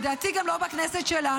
לדעתי גם לא בכנסת שלנו.